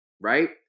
right